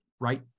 right